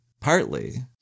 Partly